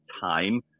time